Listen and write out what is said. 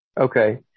Okay